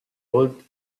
old